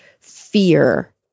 fear